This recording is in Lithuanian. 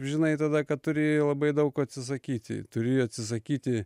žinai tada kad turi labai daug ko atsisakyti turi atsisakyti